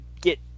get